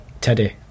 teddy